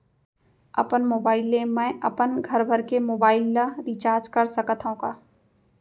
अपन मोबाइल ले मैं अपन घरभर के मोबाइल ला रिचार्ज कर सकत हव का?